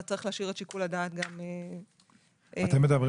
יש להשאיר את שיקול הדעת- -- אתם מדברים